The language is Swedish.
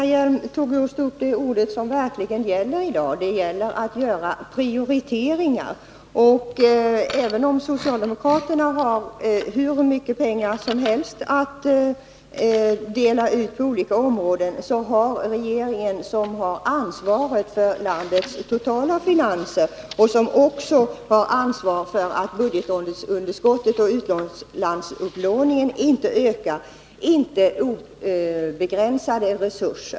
Herr talman! Lena Hjelm-Wallén tog upp just det som det verkligen gäller att göra i dag — prioriteringar. Även om socialdemokraterna har hur mycket pengar som helst att dela ut på olika områden, så har inte regeringen, som har ansvaret för landets totala finanser och för att budgetunderskottet och utlandsupplåningen inte ökar, obegränsade resurser.